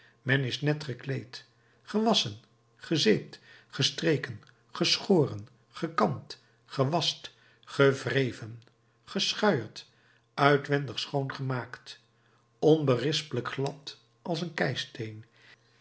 men is net gekleed gewasschen gezeept gestreken geschoren gekamd gewast gewreven geschuierd uitwendig schoongemaakt onberispelijk glad als een